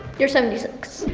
you're seventy six.